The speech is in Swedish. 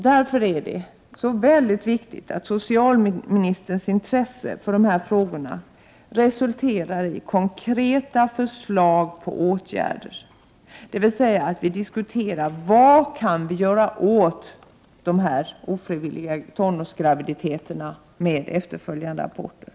Därför är det så väldigt viktigt att socialministerns intresse för dessa frågor resulterar i konkreta förslag till åtgärder. Vi måste diskutera vad vi kan göra åt de Prot. 1988/89:18 ofrivilliga tonårsgraviditeterna med efterföljande aborter.